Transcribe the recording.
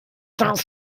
daraus